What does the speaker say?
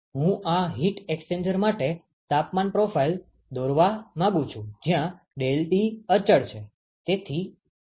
હું આ heat exchanger માટે તાપમાન પ્રોફાઇલ દોરવા માંગું છું જ્યાં ∆T અચળ છે